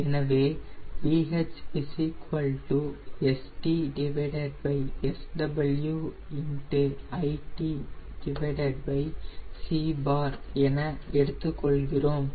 எனவே VH StSW ltc என எடுத்துக் கொள்கிறோம்